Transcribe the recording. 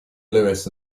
lewis